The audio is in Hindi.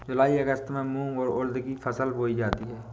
जूलाई अगस्त में मूंग और उर्द की फसल बोई जाती है